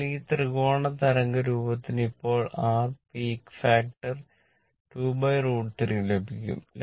അതിനാൽ ഈ ത്രികോണ തരംഗ രൂപത്തിന് അപ്പോൾ r പീക്ക് ഫാക്ടർ 2 √3 ലഭിക്കും